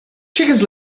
chickens